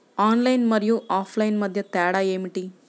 Online మరియు offline మధ్య తేడా ఏమిటీ?